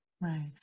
Right